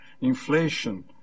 Inflation